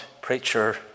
preacher